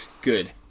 Good